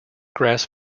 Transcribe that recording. grass